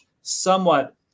somewhat